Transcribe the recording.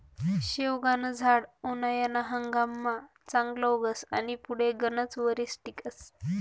शेवगानं झाड उनायाना हंगाममा चांगलं उगस आनी पुढे गनच वरीस टिकस